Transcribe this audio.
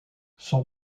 son